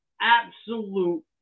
absolute